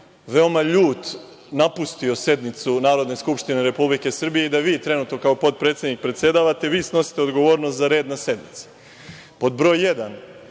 veoma ljut napustio sednicu Narodne skupštine Republike Srbije i da vi trenutno kao potpredsednik predsedavate, vi snosite odgovornost za red na sednici. Pod broj